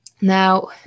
Now